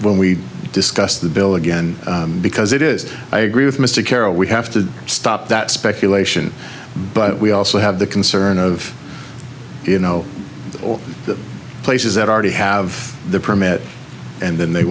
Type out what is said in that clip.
when we discuss the bill again because it is i agree with mr carroll we have to stop that speculation but we also have the concern of you know all the places that are to have the permit and then they